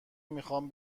میخوام